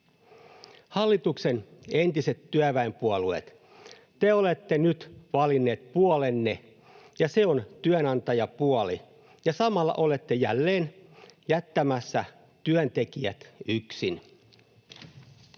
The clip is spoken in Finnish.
Hallituksen entiset työväenpuolueet, te olette nyt valinneet puolenne, ja se on työnantajapuoli, ja samalla olette jälleen jättämässä työntekijät yksin.